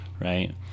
right